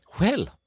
Well